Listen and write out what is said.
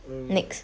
mm